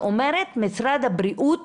שמשרד הבריאות